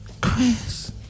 Chris